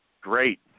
great